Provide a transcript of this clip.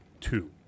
two